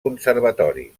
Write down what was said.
conservatori